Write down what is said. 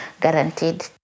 guaranteed